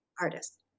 artist